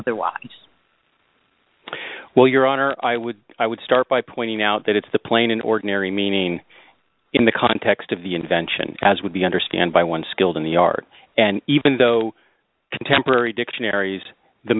otherwise it's well your honor i would i would start by pointing out that it's the plain an ordinary meaning in the context of the invention as would be understand by one skilled in the art and even though contemporary dictionaries the